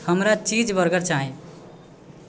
हमरा cheese burger चाही